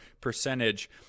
percentage